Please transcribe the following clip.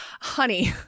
Honey